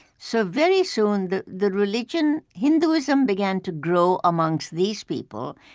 so very soon the the religion hinduism began to grow among these people.